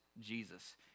Jesus